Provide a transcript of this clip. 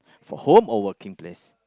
for home or working place